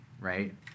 right